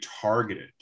targeted